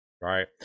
right